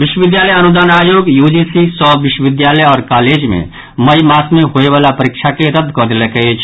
विश्वविद्यालय अनुदान आयोग यूजीसी सभ विश्वविद्यालय आओर कॉलेज मे मई मास मे होयवाला परीक्षा के रद्द कऽ देलक अछि